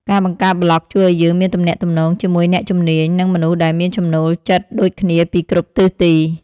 ការបង្កើតប្លក់ជួយឱ្យយើងមានទំនាក់ទំនងជាមួយអ្នកជំនាញ និងមនុស្សដែលមានចំណូលចិត្តដូចគ្នាពីគ្រប់ទិសទី។